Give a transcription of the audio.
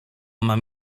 mam